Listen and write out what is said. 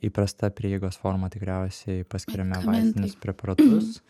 įprasta prieigos forma tikriausiai paskiriame vaistinius preparatus